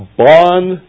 bond